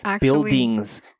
buildings